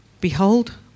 Behold